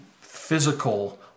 physical